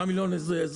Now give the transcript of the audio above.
עשרה מיליון אזרחים.